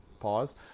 pause